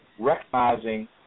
Recognizing